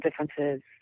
differences